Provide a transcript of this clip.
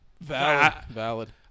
Valid